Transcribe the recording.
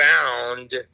found